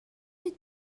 you